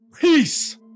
Peace